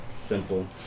simple